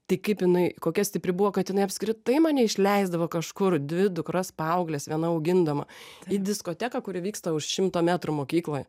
tai kaip jinai kokia stipri buvo kad jinai apskritai mane išleisdavo kažkur dvi dukras paaugles viena augindama į diskoteką kuri vyksta už šimto metrų mokykloj